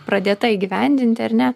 pradėta įgyvendinti ar ne